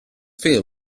filled